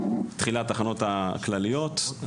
תחילת התחנות הכלליות,